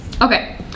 Okay